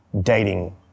dating